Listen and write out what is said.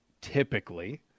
typically